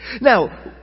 Now